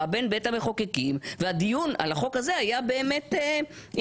בין בית המחוקקים והדיון על החוק הזה היה באמת ענייני.